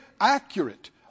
accurate